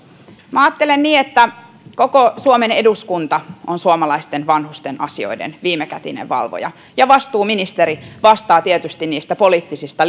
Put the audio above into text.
minä ajattelen niin että koko suomen eduskunta on suomalaisten vanhusten asioiden viimekätinen valvoja ja vastuuministeri vastaa tietysti niistä poliittisista